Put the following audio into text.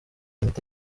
imiti